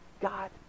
God